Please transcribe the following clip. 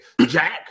Jack